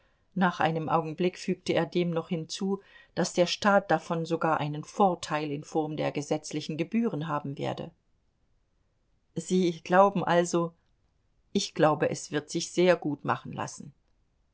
nach einem augenblick fügte er dem noch hinzu daß der staat davon sogar einen vorteil in form der gesetzlichen gebühren haben werde sie glauben also ich glaube es wird sich sehr gut machen lassen